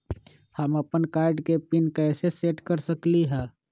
हम अपन कार्ड के पिन कैसे सेट कर सकली ह?